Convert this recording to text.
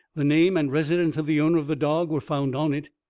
the name and residence of the owner of the dog were found on it.